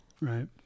right